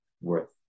worth